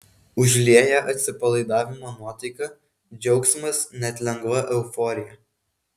užlieja atsipalaidavimo nuotaika džiaugsmas net lengva euforija